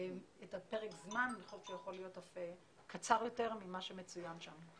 פרק הזמן שיכול להיות קצר יותר מכפי שמצוין שם.